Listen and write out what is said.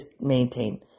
maintain